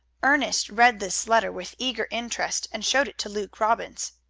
ernest read this letter with eager interest, and showed it to luke robbins.